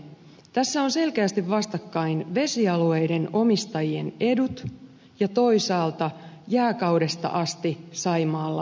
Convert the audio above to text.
tässä ovat selkeästi vastakkain vesialueiden omistajien edut ja toisaalta jääkaudesta asti saimaalla asunut norppa